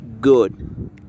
good